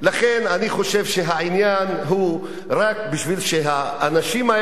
לכן אני חושב שהעניין הוא רק כדי שהאנשים האלה,